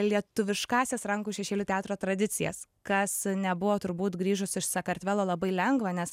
lietuviškąsias rankų šešėlių teatro tradicijas kas nebuvo turbūt grįžus iš sakartvelo labai lengva nes